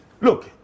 Look